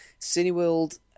Cineworld